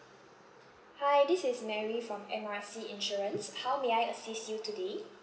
hi this is mary from M R C insurance how may I assist you today